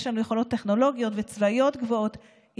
יש לנו יכולות טכנולוגיות וצבאיות גבוהות,